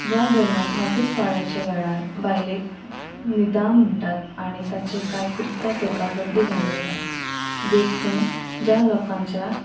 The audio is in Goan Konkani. ह्या धर्मांत मासीक पाळयेच्या वेळार बायलेक निदां म्हणटात आनी तांचेर कांय कृत्यां करपाक बंदी घालूंक येता देखून ज्या लोकांच्या